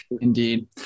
Indeed